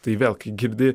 tai vėl kai girdi